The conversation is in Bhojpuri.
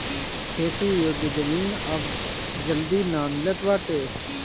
खेती योग्य जमीन अब जल्दी ना मिलत बाटे